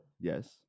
Yes